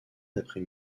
d’après